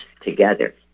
together